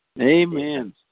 Amen